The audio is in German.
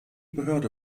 behörde